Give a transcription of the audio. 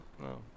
No